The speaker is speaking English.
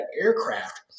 aircraft